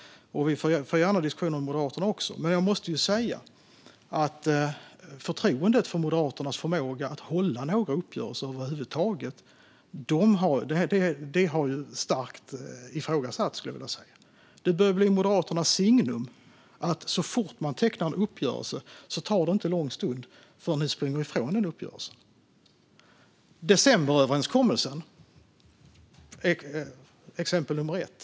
Vi för gärna diskussioner med Moderaterna också. Men jag måste säga att förtroendet för Moderaternas förmåga att hålla några uppgörelser över huvud taget är inte starkt. Det börjar bli Moderaternas signum att så fort man tecknar en uppgörelse tar det inte lång stund innan de springer ifrån den. Decemberöverenskommelsen är exempel nummer ett.